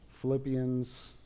Philippians